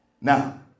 Now